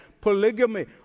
polygamy